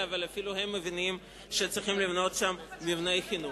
אבל אפילו הם מבינים שצריכים לבנות שם מבני חינוך.